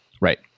Right